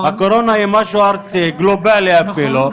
הקורונה היא משהו ארצי, גלובלי אפילו.